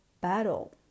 battle